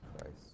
Christ